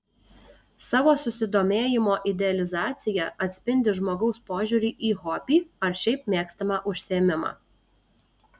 savo susidomėjimo idealizacija atspindi žmogaus požiūrį į hobį ar šiaip mėgstamą užsiėmimą